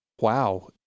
wow